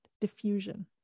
diffusion